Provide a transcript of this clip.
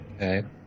Okay